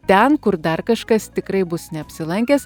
ten kur dar kažkas tikrai bus neapsilankęs